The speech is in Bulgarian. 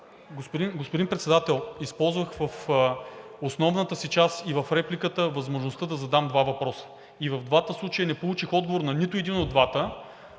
Господин Председател, използвах в основната си част и в репликата възможността да задам два въпроса. И в двата случая не получих отговор на нито един от двата.